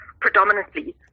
predominantly